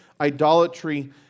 idolatry